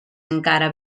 encara